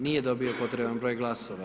Nije dobio potreban broj glasova.